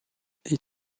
est